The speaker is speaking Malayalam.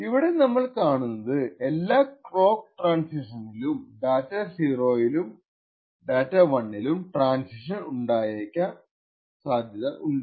ഇവിടെ നമ്മൾ കാണുന്നത് എല്ലാ ക്ലോക്ക് ട്രാന്സിഷൻസിലും ഡാറ്റ 0 ലും ഡാറ്റ 1 ലും ട്രാന്സിഷൻ ഉണ്ടായേക്കാം സാധ്യത ഉണ്ട്